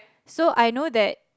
so I know that